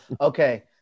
Okay